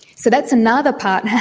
so that's another part,